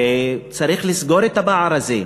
וצריך לסגור את הפער הזה.